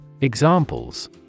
Examples